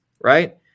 right